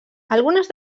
algunes